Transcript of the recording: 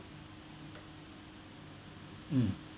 mm